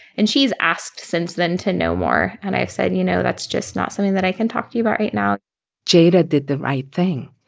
and she's asked since then to know more, and i said, you know, that's just not something that i can talk to you about right now jada did the right thing.